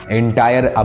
entire